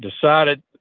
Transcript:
decided